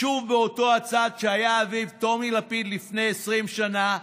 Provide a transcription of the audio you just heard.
שוב באותו הצד שהיה אביו, טומי לפיד, לפני 20 שנה,